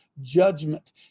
judgment